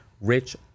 rich